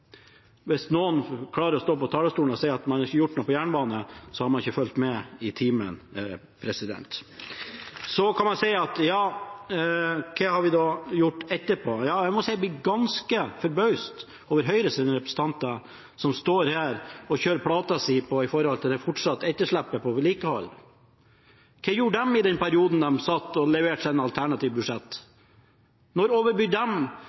Hvis noen klarer å stå på talerstolen og si at man ikke har gjort noe på jernbanefeltet, har man ikke fulgt med i timen. Så kan man spørre: Hva har vi gjort etterpå? Jeg må si jeg blir ganske forbauset over Høyres representanter, som står her og kjører plata si om at det fortsatt er etterslep på vedlikehold. Hva gjorde de i den perioden de satt og leverte sine alternative budsjetter? Når